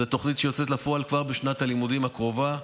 זאת תוכנית שיוצאת לפועל כבר בשנת הלימודים הקרובה,